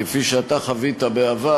כפי שאתה חווית בעבר,